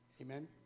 Amen